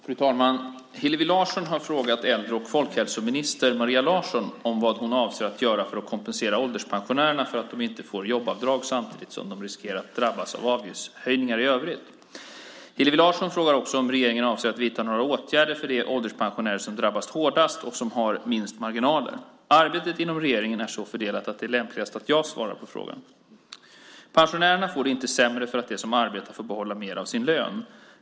Fru talman! Hillevi Larsson har frågat äldre och folkhälsominister Maria Larsson vad hon avser att göra för att kompensera ålderspensionärerna för att de inte får jobbskatteavdrag samtidigt som de riskerar att drabbas av avgiftshöjningar i övrigt. Hillevi Larsson frågar också om regeringen avser att vidta några särskilda åtgärder för de ålderpensionärer som drabbas hårdast och som har minst marginaler. Arbetet inom regeringen är så fördelat att det är lämpligast att jag svarar på frågan. Pensionärerna får det inte sämre för att de som arbetar får behålla mer av sin lön.